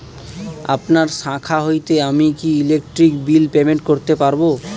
আপনার শাখা হইতে আমি কি ইলেকট্রিক বিল পেমেন্ট করতে পারব?